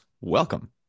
welcome